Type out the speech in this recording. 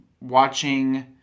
watching